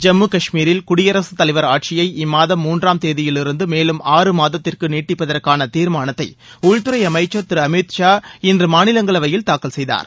ஜம்மு காஷ்மீரில் குடியரசுத் தலைவர் ஆட்சியை இம்மாதம் மூன்றாம் தேதியில் இருந்து மேலும் ஆறு மாதத்திற்கு நீட்டிப்பதற்கான தீர்மானத்தை உள்துறை அமைச்சர் திரு அமித் ஷா இன்று மாநிலங்களவையில் தாக்கல் செய்தார்